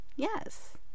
Yes